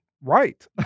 right